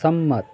સંમત